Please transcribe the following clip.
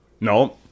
No